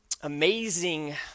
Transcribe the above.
amazing